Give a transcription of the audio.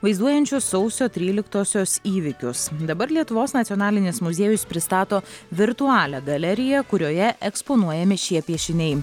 vaizduojančių sausio tryliktosios įvykius dabar lietuvos nacionalinis muziejus pristato virtualią galeriją kurioje eksponuojami šie piešiniai